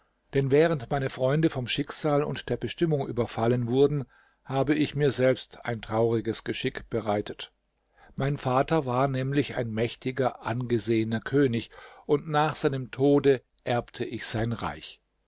denn während meine freunde vom schicksal und der bestimmung überfallen wurden habe ich mir selbst ein trauriges geschick bereitet mein vater war nämlich ein mächtiger angesehener könig und nach seinem tode erbte ich sein reich